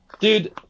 dude